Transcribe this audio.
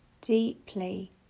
deeply